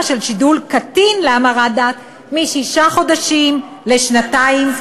של שידול קטין להמרת דת משישה חודשים לשנתיים,